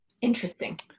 Interesting